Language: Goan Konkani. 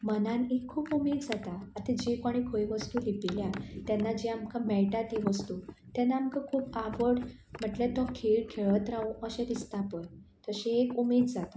मनान एक खूब उमेद जाता आतां जी कोणें खंय वस्तू लिपयल्या ती तेन्ना जी आमकां मेळटा ती वस्तू तेन्ना आमकां खूब आवड म्हटल्या तो खेळ खेळत रावूं अशें दिसता पय तशी एक उमेद जाता